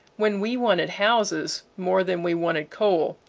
when we wanted houses more than we wanted coal,